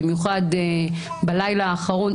במיוחד בלילה האחרון,